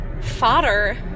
fodder